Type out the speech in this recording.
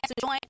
join